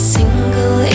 single